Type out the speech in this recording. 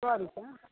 सए रुपैआ